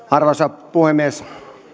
arvoisa puhemies